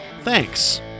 Thanks